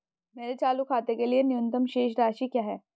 मेरे चालू खाते के लिए न्यूनतम शेष राशि क्या है?